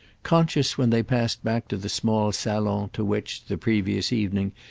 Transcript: conscious when they passed back to the small salon to which, the previous evening,